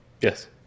Yes